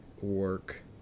work